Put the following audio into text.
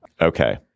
Okay